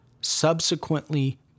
subsequently